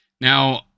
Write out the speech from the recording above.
Now